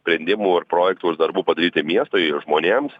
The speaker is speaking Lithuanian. sprendimų ir projektų ir darbų padaryti miestui ir žmonėms